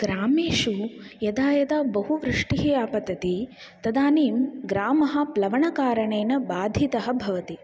ग्रामेषु यदा यदा बहुवृष्टिः आपतति तदानीं ग्रामः प्लवनकारणेन बाधितः भवति